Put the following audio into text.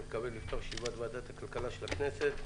אני מתכבד לפתוח את ישיבת ועדת הכלכלה של הכנסת.